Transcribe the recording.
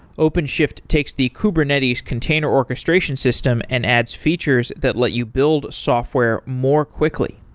openshift takes the kubernetes container orchestration system and adds features that let you build software more quickly.